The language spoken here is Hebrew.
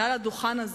מעל הדוכן הזה: